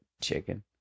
chicken